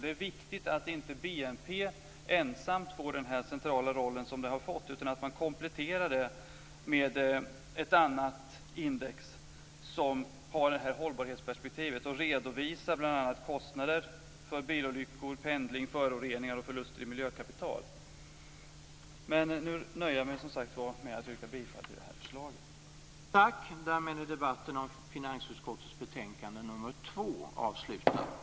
Det är viktigt att inte BNP ensam får den centrala roll som den har fått, utan att den kompletteras med ett annat index som har ett hållbarhetsperspektiv och som redovisar bl.a. kostnader för bilolyckor, pendling, föroreningar och förluster i miljökapital. Nu nöjer jag mig, som sagt var, med att yrka bifall till utskottets förslag.